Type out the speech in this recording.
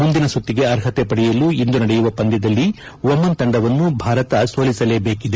ಮುಂದಿನ ಸುತ್ತಿಗೆ ಅರ್ಷತೆ ಪಡೆಯಲು ಇಂದು ನಡೆಯುವ ಪಂದ್ಯದಲ್ಲಿ ಒಮನ್ ತಂಡವನ್ನು ಸೋಲಿಸಲೇಬೇಕಿದೆ